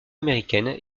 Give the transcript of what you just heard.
américaine